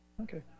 Okay